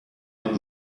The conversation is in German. mit